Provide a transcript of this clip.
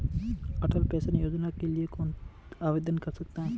अटल pension योजना के लिए कौन आवेदन कर सकता है?